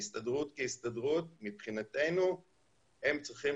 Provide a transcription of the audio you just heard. ההסתדרות כהסתדרות מבחינתנו הם צריכים